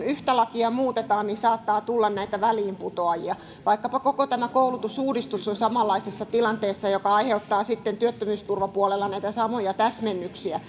yhtä lakia muutetaan niin saattaa tulla näitä väliinputoajia vaikkapa koko tämä koulutusuudistus on samanlaisessa tilanteessa joka aiheuttaa sitten työttömyysturvapuolella näitä samoja täsmennyksiä